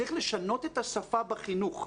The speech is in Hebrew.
צריך לשנות את השפה בחינוך,